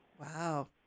Wow